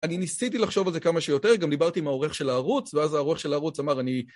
אני ניסיתי לחשוב על זה כמה שיותר, גם דיברתי עם העורך של הערוץ, ואז העורך של הערוץ אמר, אני...